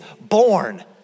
born